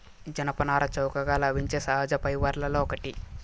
జనపనార చౌకగా లభించే సహజ ఫైబర్లలో ఒకటి